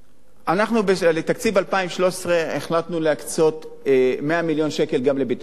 אנחנו לתקציב 2013 החלטנו להקצות 100 מיליון שקל גם לביטחון תזונתי,